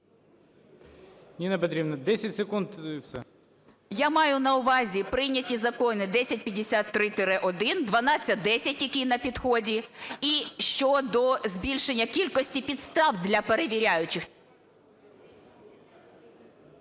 Ніна Петрівна, 10 секунд. ЮЖАНІНА Н.П. Я маю на увазі прийняті закони 1053-1, 1210, який на підході, і щодо збільшення кількості підстав для перевіряючих.